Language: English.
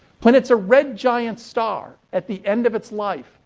when it's a red giant star, at the end of its life,